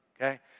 okay